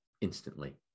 instantly